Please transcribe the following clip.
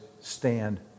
stand